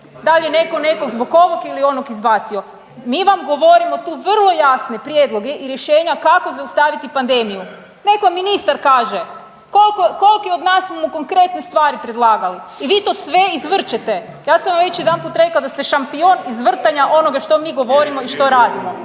dal je neko nekog zbog ovog ili onog izbacio. Mi vam govorimo tu vrlo jasne prijedloge i rješenja kako zaustaviti pandemiju. Nek vam ministar kaže kolko, kolki od nas smo mu konkretne stvari predlagali i vi to sve izvrćete. Ja sam vam već jedanput rekla da ste šampion izvrtanja onoga što mi govorimo i što radimo,